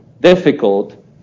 difficult